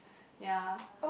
ya